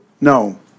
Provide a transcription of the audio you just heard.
no